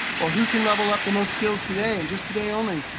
or who can level up the most skills today, and just today only?